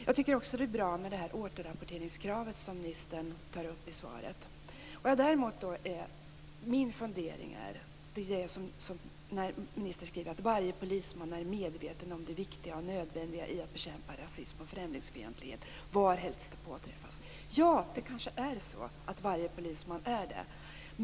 Jag tycker också att det är bra med det här återrapporteringskravet som ministern tar upp i svaret. Vad jag däremot funderar över är att ministern skriver att varje polisman är medveten om det viktiga och nödvändiga i att bekämpa rasism och främlingsfientlighet varhelst det påträffas. Ja, det kanske är så att varje polisman är det.